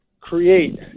create